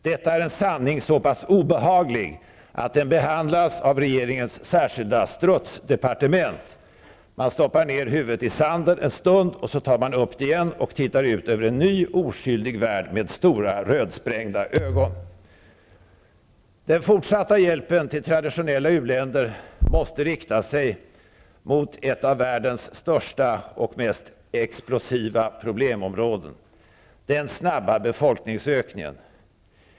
Detta är en sanning som är så pass obehaglig att den behandlas av regeringens särskilda ''strutsdepartement''. Man stoppar ner huvudet i sanden en stund. Sedan tar man upp det igen och tittar med rödsprängda ögon ut över en ny oskyldig värld. Den fortsatta hjälpen till traditionella u-länder måste riktas mot ett av världens största och mest explosiva problemområden: den snabba befolkningsökningen.